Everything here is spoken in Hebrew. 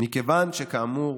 מכיוון שכאמור